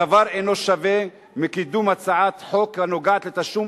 הדבר אינו שונה מקידום הצעת חוק הנוגעת לתשלום